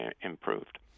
improved